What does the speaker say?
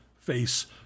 Face